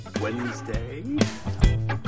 Wednesday